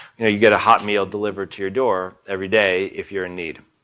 you know, you get a hot meal delivered to your door everyday if you're in need.